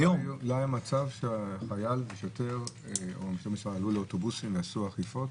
לא היה מצב שחייל ושוטר עלו לאוטובוסים ועשו אכיפות?